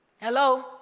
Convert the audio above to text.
Hello